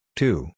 two